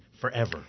forever